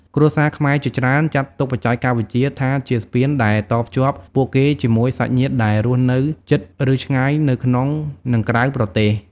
គ្រួសារខ្មែរជាច្រើនចាត់ទុកបច្ចេកវិទ្យាថាជាស្ពានដែលតភ្ជាប់ពួកគេជាមួយសាច់ញាតិដែលរស់នៅជិត ឬ ឆ្ងាយ នៅក្នុង និងក្រៅប្រទេស។